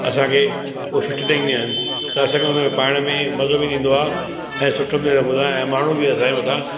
असांखे उहो फिट ॾेई ईंदियूं आहिनि त असांखे उनमें पाइण में मज़ो बि ईंदो आहे ऐं सुठो बि लॻंदो आहे ऐं माण्हू बि असांजे मथां